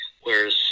whereas